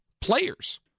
players